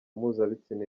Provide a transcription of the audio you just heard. mpuzabitsina